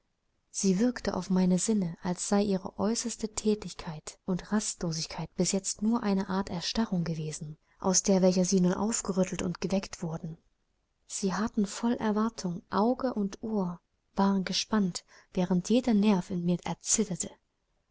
sie wirkte auf meine sinne als sei ihre äußerste thätigkeit und rastlosigkeit bis jetzt nur eine art erstarrung gewesen aus welcher sie nun aufgerüttelt und geweckt wurden sie harrten voll erwartung auge und ohr waren gespannt während jeder nerv in mir erzitterte